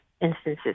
instances